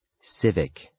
Civic